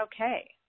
okay